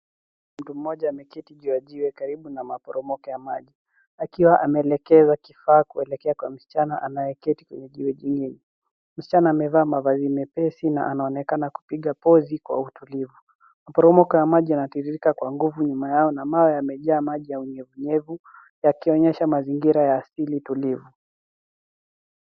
Mtu mmoja ameketi juu ya jiwe karibu na maporomoko ya maji. Akiwa ameelekeza kifaa kuelekea kwa msichana anayeketi kwenye jiwe jingine. Msichana amevaa mavazi mepesi na anaonekana kupiga pozi kwa utulivu. Maporomoko ya maji yanatiririka kwa nguvu nyuma yao na mawe yamejaa maji ya unyevunyevu yakionyesha mazingira ya asili tulivu.